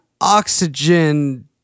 oxygen